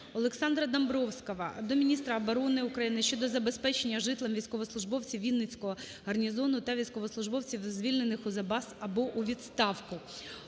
Олександра Домбровського до міністра оборони України щодо забезпечення житлом військовослужбовців Вінницького гарнізону та військовослужбовців, звільнених в запас або у відставку.